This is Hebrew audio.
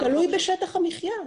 לא, כי זה תלוי בשטח המחיה.